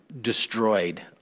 destroyed